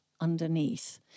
underneath